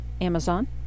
Amazon